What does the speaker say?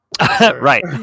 Right